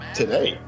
today